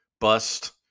bust